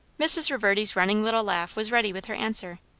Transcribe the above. mrs. reverdy's running little laugh was ready with her answer.